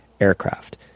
aircraft